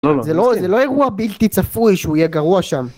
זה לא אירוע בלתי צפוי שהוא יהיה גרוע שם